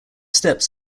steps